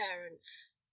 parents